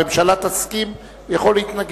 אם אדוני חפץ הוא, והממשלה תסכים, יכול להתנגד.